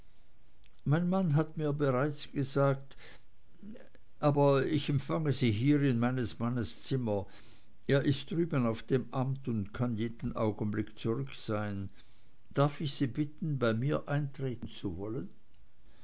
mein mann hat mir bereits gesagt aber ich empfange sie hier in meines mannes zimmer er ist drüben auf dem amt und kann jeden augenblick zurück sein darf ich sie bitten bei mir eintreten zu wollen